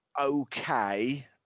okay